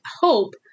hope